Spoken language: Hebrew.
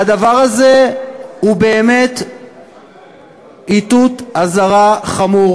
והדבר הזה הוא באמת איתות אזהרה חמור